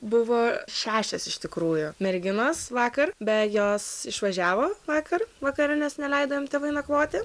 buvo šešios iš tikrųjų merginos vakar bet jos išvažiavo vakar vakare nes neleido jom tėvai nakvoti